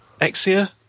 Exia